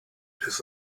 has